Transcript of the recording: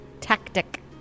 tactic